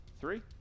three